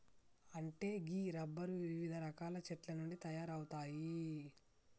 అంటే గీ రబ్బరు వివిధ రకాల చెట్ల నుండి తయారవుతాయి